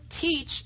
teach